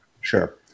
Sure